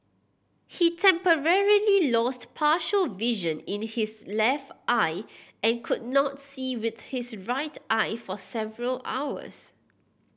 he temporarily lost partial vision in his left eye and could not see with his right eye for several hours